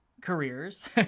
careers